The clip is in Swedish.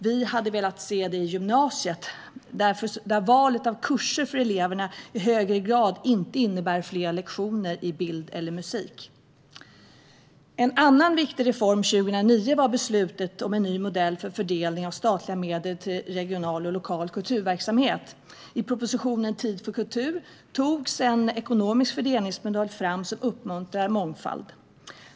Vi hade velat se den i gymnasiet, där valet av kurser för eleverna i högre grad inte innebär fler lektioner i bild eller musik. En annan viktig reform 2009 var beslutet om en ny modell för fördelning av statliga medel till regional och lokal kulturverksamhet. I propositionen Tid för kultur togs en ekonomisk fördelningsmodell fram som uppmuntrar mångfald.